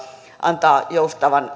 antaa joustaa